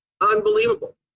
Unbelievable